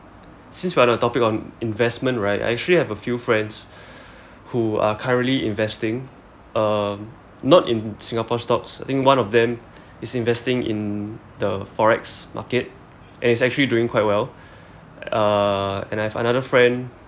since we're on the topic on investment right I actually have a few friends who are currently investing um not in singapore stocks I think one of them is investing in the Forex market and he's actually doing quite well uh and I have another friend